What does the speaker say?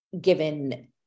given